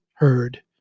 Heard